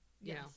Yes